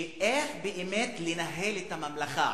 איך באמת לנהל את הממלכה,